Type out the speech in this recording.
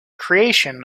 creation